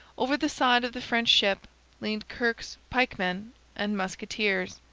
over the side of the french ship leaped kirke's pikemen and musketeers.